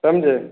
समझे